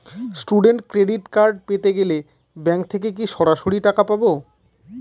Student credit card পেতে গেলে bank থেকে কি সরাসরি টাকা পাবো?